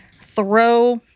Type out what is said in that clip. throw